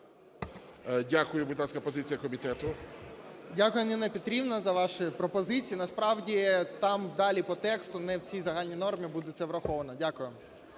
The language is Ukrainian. Дякую. Будь ласка, позиція комітету. 18:40:04 ЖЕЛЕЗНЯК Я.І. Дякую, Ніна Петрівна, за ваші пропозиції. Насправді там далі по тексту не в цій загальній нормі буде це враховано. Дякую.